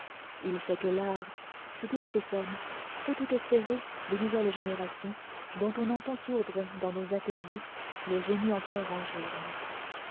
il sait que l'art sous toutes ses formes peut tout espérer des nouvelles générations dont on entend sourdre dans nos ateliers le génie encore en germe